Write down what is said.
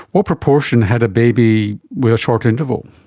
what proportion had a baby with a short interval,